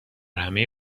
همه